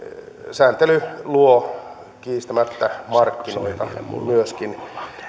sääntely luo kiistämättä markkinoita myöskin